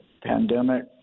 pandemic